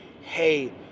hey